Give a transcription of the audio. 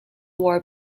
war